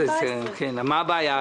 מה הבעיה?